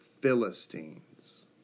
Philistines